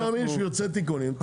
--- אני מאמין שהוא ירצה תיקונים,